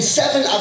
seven